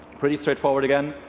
pretty straightforward again